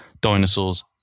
dinosaurs